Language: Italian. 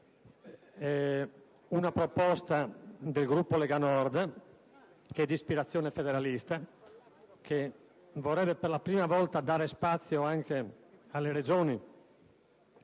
una proposta del Gruppo Lega Nord, di ispirazione federalista, che vorrebbe per la prima volta dare spazio anche alle Regioni